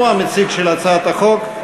הוא המציג של הצעת החוק.